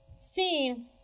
Scene